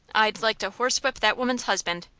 i'd like to horsewhip that woman's husband.